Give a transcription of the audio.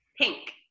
Pink